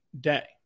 day